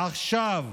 עכשיו,